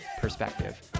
Perspective